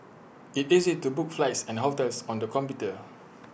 IT easy to book flights and hotels on the computer